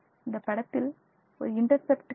இந்த படத்தில் ஒரு இன்டெர்செப்ட் கிடைக்கும்